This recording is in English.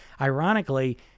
Ironically